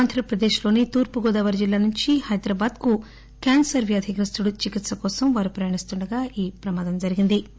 ఆంధ్రప్రదేశ్ లోని తూర్పుగోదావరి జిల్లా నుంచి హైదరాబాద్ కు క్యాన్పర్ వ్యాధిగ్రస్తుడు చికిత్స కోసం ప్రయాణిస్తుండగా ఈ ప్రమాదం జరిగిందని తెలుస్తోంది